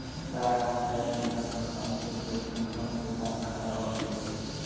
तारामीरा की फसल कौनसे कीट संक्रमण के कारण खराब होती है?